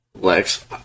Lex